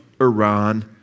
Iran